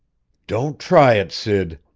don't try it, sid!